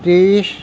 ত্ৰিছ